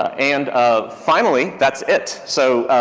ah, and um finally, that's it. so,